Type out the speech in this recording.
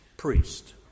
Priest